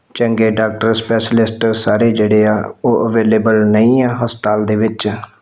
ਚੰਗੇ doctor specialist ਸਾਰੇ ਜਿਹੜੇ ਆ ਉਹ ਅਵੇਲੇਬਲ ਨਹੀਂ ਹੈ ਹਸਪਤਾਲ ਦੇ ਵਿੱਚ